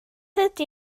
ydy